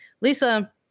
Lisa